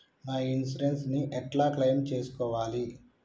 నా ఇన్సూరెన్స్ ని ఎట్ల క్లెయిమ్ చేస్కోవాలి?